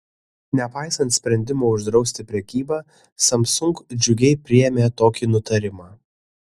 nepaisant sprendimo uždrausti prekybą samsung džiugiai priėmė tokį nutarimą